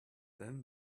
then